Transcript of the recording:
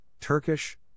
Turkish